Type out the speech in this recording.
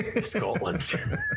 scotland